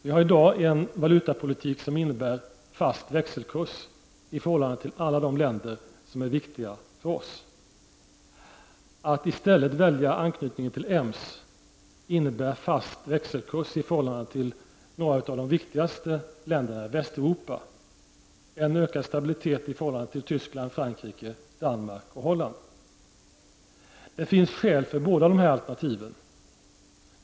Vi har i dag en valutapolitik som innebär en fast växelkurs i förhållande till alla de länder som är viktiga för oss. Att i stället välja anknytningen till EMS innebär en fast växelkurs i förhållande till några av de viktigaste länderna i Västeuropa, dvs. en ökad stabilitet i förhållande till Tyskland, Frankrike, Danmark och Holland. Det finns skäl för båda dessa alternativ.